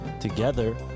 together